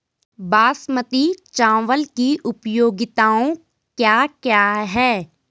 बासमती चावल की उपयोगिताओं क्या क्या हैं?